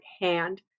hand